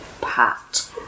pat